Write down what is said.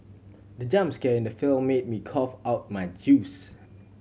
the jump scare in the film made me cough out my juice